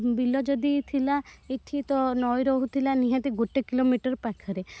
ବିଲ ଯଦି ଥିଲା ଏଠି ତ ନଈ ରହୁଥିଲା ନିହାତି ଗୋଟେ କିଲୋ ମିଟର ପାଖରେ